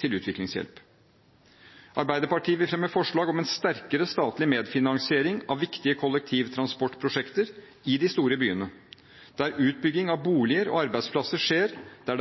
til utviklingshjelp. Arbeiderpartiet vil fremme forslag om en sterkere statlig medfinansiering av viktige kollektivtransportprosjekter i de store byene der utbygging av boliger og arbeidsplasser skjer, der